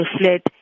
fled